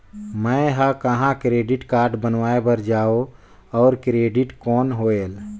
मैं ह कहाँ क्रेडिट कारड बनवाय बार जाओ? और क्रेडिट कौन होएल??